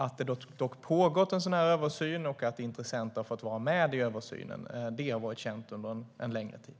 Att det har pågått en sådan här översyn och att intressenter har fått vara med i översynen har dock varit känt under en längre tid.